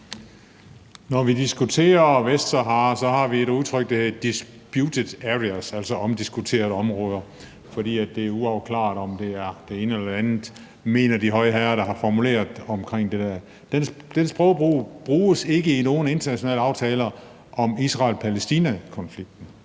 Når vi diskuterer Vestsahara, har vi et udtryk, der hedder disputed areas, altså omdiskuteret områder, fordi det er uafklaret, om det er det ene eller det andet, mener de høje herrer, der har formuleret sig omkring det der. Det sprogbrug bruges ikke i nogen internationale aftaler om Israel-Palæstina-konflikten,